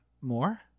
more